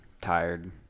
tired